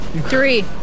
Three